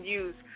use